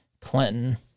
Clinton